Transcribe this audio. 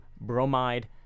Bromide